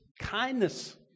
kindness